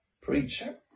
preacher